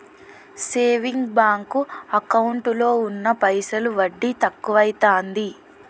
saving bank ఎకౌంటులో ఉన్న పైసలు వడ్డి తక్కువైతాంది